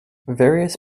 various